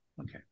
Okay